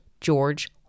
George